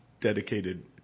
dedicated